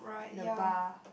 the bar